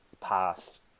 past